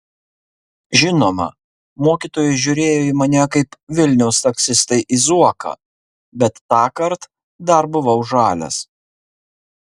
žinoma mokytojai žiūrėjo į mane kaip vilniaus taksistai į zuoką bet tąkart dar buvau žalias